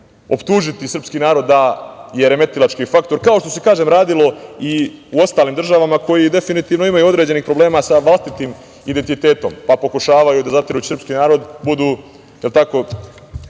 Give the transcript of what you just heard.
srpski narod da je remetilački faktor, kao što se radilo i u ostalim državama, koje definitivno imaju određenih problema sa vlastitim identitetom pa pokušavaju da zatiru srpski narod i da budu ono